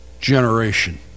generation